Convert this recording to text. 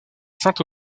saint